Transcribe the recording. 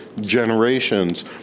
generations